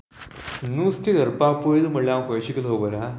नुस्तें धरपा पयलीं म्हळ्या हांव खंय शिकलो तो खबर आहा